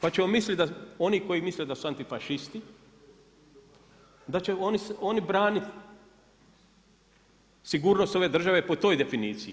Pa ćemo misliti, da oni koji misle da su antifašisti, da će oni braniti sigurnost ove države po toj definicije.